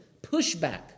pushback